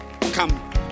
Come